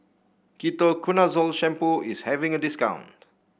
Ketoconazole Shampoo is having a discount